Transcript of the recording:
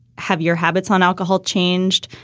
have your habits on alcohol changed?